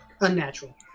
Unnatural